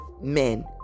men